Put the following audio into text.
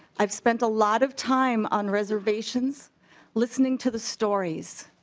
i spent a lot of time on reservations listening to the stories.